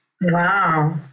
Wow